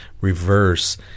reverse